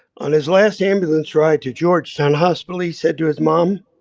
on his last ambulance ride to georgetown hospital, he said to his mom,